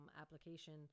application